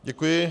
Děkuji.